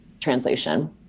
translation